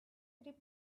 was